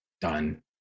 done